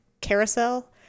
carousel